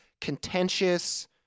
contentious